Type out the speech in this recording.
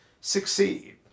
succeed